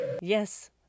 Yes